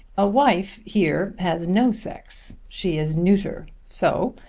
a wife, here, has no sex she is neuter so,